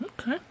Okay